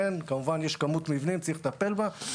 כמובן יש כמות מבנים שצריך לטפל בה.